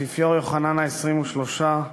האפיפיור יוחנן ה-23,